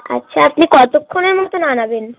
আচ্ছা আপনি কতক্ষণের মতোন আনাবেন